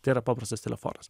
tai yra paprastas telefonas